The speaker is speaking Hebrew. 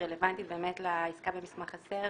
היא רלוונטית באמת לעסקה במסמך חסר,